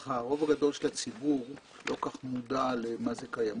הרוב הגדול של הציבור לא כל כך מודע ויודע מהי קיימות.